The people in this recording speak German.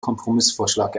kompromissvorschlag